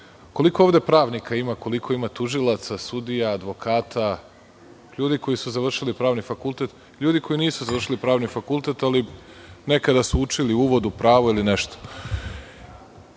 koliko ovde pravnika ima, koliko ima tužilaca, sudija, advokata, ljudi koji su završili pravni fakultet, ljudi koji nisu završili pravni fakultet, ali nekada su učili uvod u pravo ili nešto. Da